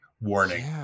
warning